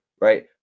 right